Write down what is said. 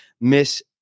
miss